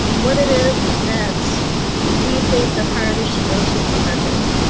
what it is that we think the priority should go to for budget.